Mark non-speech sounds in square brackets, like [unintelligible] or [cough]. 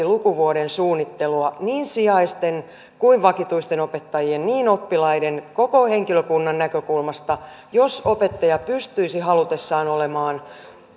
[unintelligible] lukuvuoden suunnittelua niin sijaisten kuin vakituisten opettajien ja niin oppilaiden kuin koko henkilökunnan näkökulmasta jos opettaja pystyisi halutessaan olemaan